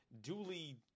duly-